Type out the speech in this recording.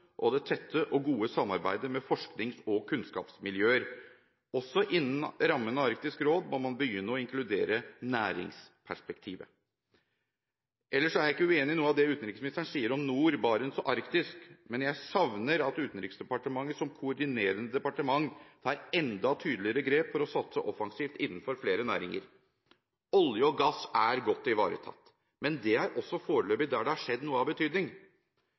og det tette og gode samarbeidet med forsknings- og kunnskapsmiljøer. Også innen rammen av Arktisk råd må man begynne å inkludere næringsperspektivet. Ellers er jeg ikke uenig i noen av det utenriksministeren sier om nord, Barents og Arktis, men jeg savner at Utenriksdepartementet som koordinerende departement tar enda tydeligere grep for å satse offensivt innenfor flere næringer. Olje og gass er godt ivaretatt, men det er også foreløpig der det har skjedd noe av betydning.